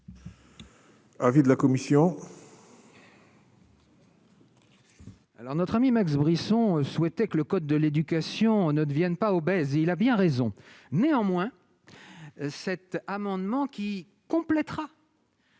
Avis de la commission.